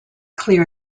clear